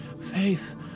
Faith